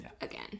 again